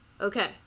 Okay